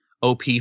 op